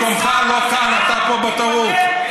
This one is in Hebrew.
אתה פה יושב בטעות.